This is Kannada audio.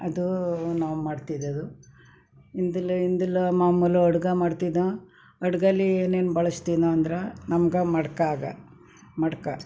ಅದೂ ನಾವು ಮಾಡ್ತಿದ್ದದ್ದು ಇಂದಿಲ್ಲ ಇಂದಿಲ್ಲ ಮಾಮೂಲು ಅಡುಗೆ ಮಾಡ್ತಿದ್ದೋ ಅಡುಗೆಲ್ಲಿ ಏನೇನು ಬಳಸ್ತೀನಿ ಅಂದ್ರೆ ನಮ್ಗೆ ಮಡ್ಕೆ ಆಗ ಮಡ್ಕೆ